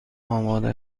آماده